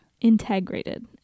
Integrated